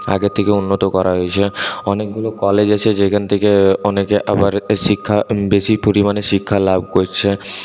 আগের থেকে উন্নত করা হয়েছে অনেকগুলো কলেজ আছে যেখান থেকে অনেকে আবার শিক্ষা বেশি পরিমাণে শিক্ষা লাভ করছে